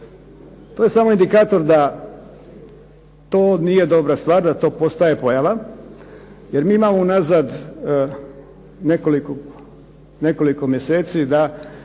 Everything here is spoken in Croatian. To je samo indikator da to nije dobra stvar, da to postaje pojava, jer mi imamo unazad nekoliko mjeseci da,